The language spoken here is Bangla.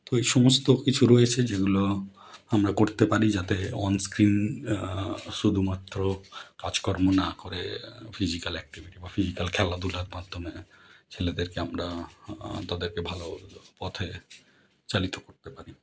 তো এই সমস্ত কিছু রয়েছে যেগুলো আমরা করতে পারি যাতে অনস্ক্রিন শুধুমাত্র কাজকর্ম না করে ফিজিক্যাল অ্যাক্টিভিটি বা ফিজিক্যাল খেলাধুলার মাধ্যমে ছেলেদেরকে আমরা তাদেরকে ভালো পথে চালিত করতে পারি